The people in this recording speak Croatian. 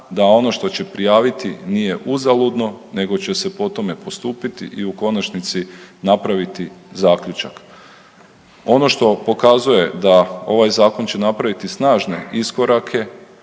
da ono što će prijaviti nije uzaludno nego će se po tome postupiti i u konačnici napraviti zaključak. Ono što pokazuje da ovaj zakon će napraviti snažne iskorake